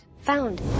Found